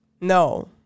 No